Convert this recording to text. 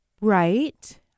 Right